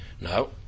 no